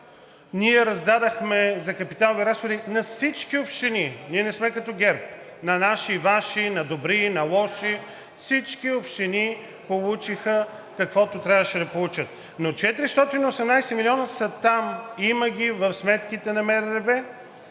ние раздадохме за капиталови разходи на всички общини – ние не сме като ГЕРБ, на наши, Ваши, на добри, на лоши, всички общини получиха каквото трябваше да получат. Но 418 милиона са там – има ги в сметките на МРРБ,